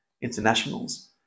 internationals